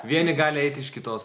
vieni gali eiti iš kitos